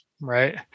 Right